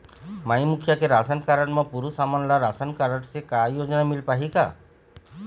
माई मुखिया के ration card म पुरुष हमन ला रासनकारड से का योजना मिल पाही का?